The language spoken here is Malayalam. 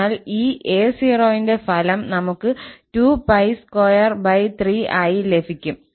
അതിനാൽ ഈ 𝑎0 ന്റെ ഫലം നമുക്ക് 2𝜋23 ആയി ലഭിക്കും